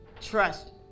Trust